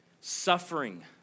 Suffering